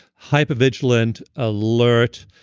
hyper vigilant, alert,